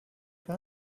gun